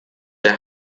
der